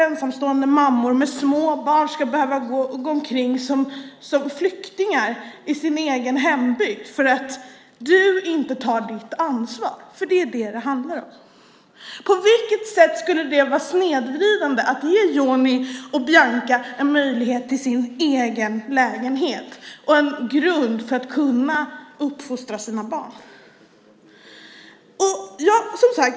Ensamstående mammor med små barn ska inte behöva gå omkring som flyktingar i sin egen hembygd för att statsrådet inte tar sitt ansvar. Det är det som det handlar om. På vilket sätt skulle det vara snedvridande att ge Joni och Bianca en möjlighet till en egen lägenhet och en grund för att kunna uppfostra sina barn?